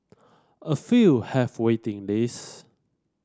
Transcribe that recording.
a few have waiting list